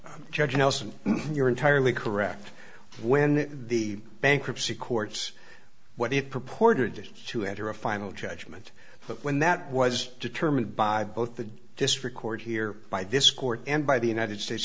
our judge nelson you are entirely correct when the bankruptcy courts what it purported to enter a final judgment but when that was determined by both the district court here by this court and by the united states